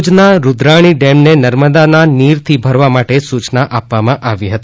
ભૂજના રૂદ્રાણી ડેમને નર્મદાનાં નીરથી ભરવા માટે સૂચના આપી હતી